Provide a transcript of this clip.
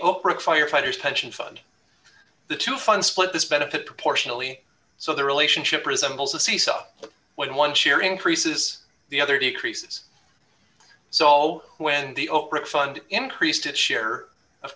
oprah firefighters pension fund the two funds split this benefit proportionally so the relationship resembles a seesaw when one share increases the other decreases so when the oprah fund increased its share of